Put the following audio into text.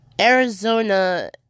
Arizona